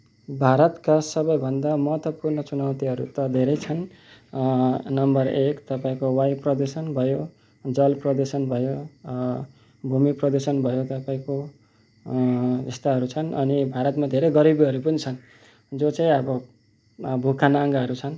भारतका सबैभन्दा महत्त्वपूर्ण चुनौतीहरू त धेरै छन् नम्बर एक तपाईँको वायुप्रदूषण भयो जलप्रदूषण भयो भूमिप्रदूषण भयो तपाईँको यस्ताहरू छन् अनि भारतमा धेरै गरिबीहरू पनि छन् जो चाहिँ अब भोकानाङ्गाहरू छन्